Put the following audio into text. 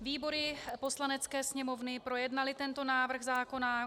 Výbory Poslanecké sněmovny projednaly tento návrh zákona.